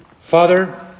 Father